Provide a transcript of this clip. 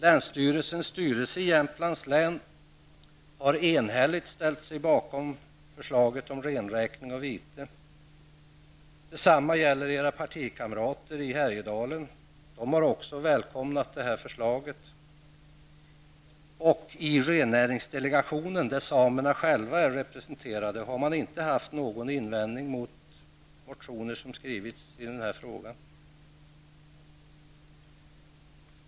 Länsstyrelsens styrelse i Jämtlands län har enhälligt ställt sig bakom förslaget om renräkning och vite. Detsamma gäller för era partikamrater i Härjedalen. Också de har välkomnat vårt förslag. I rennäringsdelegationen, där samerna själva finns representerade, har man inte haft någon invändning mot de motioner som skrivits i frågan.